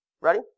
Ready